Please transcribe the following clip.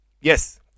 Yes